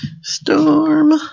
Storm